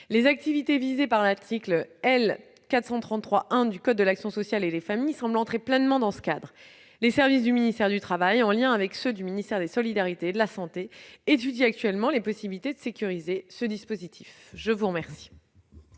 Les activités visées par l'article L. 433-1 du code de l'action sociale et des familles semblent entrer pleinement dans ce cadre. Les services du ministère du travail, en liaison avec ceux du ministère des solidarités et de la santé, étudient actuellement les possibilités de sécuriser ce dispositif. La parole